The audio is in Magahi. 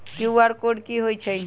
कियु.आर कोड कि हई छई?